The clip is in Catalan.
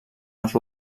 els